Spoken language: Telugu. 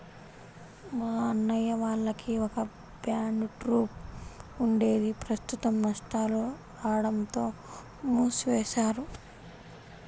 మా అన్నయ్య వాళ్లకి ఒక బ్యాండ్ ట్రూప్ ఉండేది ప్రస్తుతం నష్టాలు రాడంతో మూసివేశారు